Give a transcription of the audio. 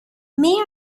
may